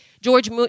George